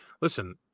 listen